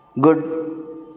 good